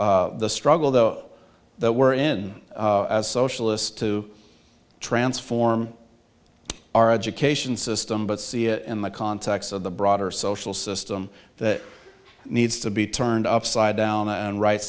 the struggle though that we're in as socialists to transform our education system but see it in the context of the broader social system that needs to be turned upside down and ri